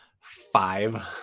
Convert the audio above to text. five